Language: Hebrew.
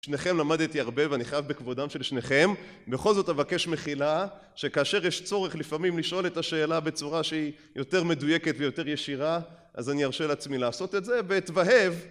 משניכם למדתי הרבה ואני חייב בכבודם של שניכם, בכל זאת אבקש מחילה שכאשר יש צורך לפעמים לשאול את השאלה בצורה שהיא יותר מדויקת ויותר ישירה אז אני ארשה לעצמי לעשות את זה, ואת והב